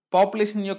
Population